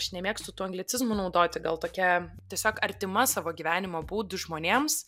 aš nemėgstu tų anglicizmų naudoti gal tokia tiesiog artima savo gyvenimo būdu žmonėms